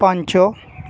ପାଞ୍ଚ